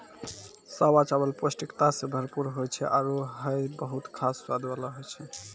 सावा चावल पौष्टिकता सें भरपूर होय छै आरु हय बहुत खास स्वाद वाला होय छै